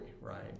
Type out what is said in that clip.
right